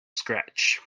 scratch